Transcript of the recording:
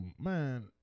man